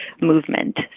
movement